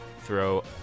throw